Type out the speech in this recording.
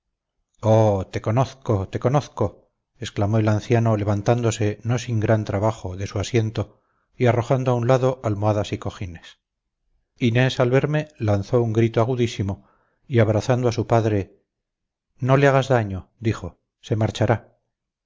oh te conozco te conozco exclamó el anciano levantándose no sin trabajo de su asiento y arrojando a un lado almohadas y cojines inés al verme lanzó un grito agudísimo y abrazando a su padre no le hagas daño